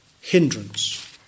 hindrance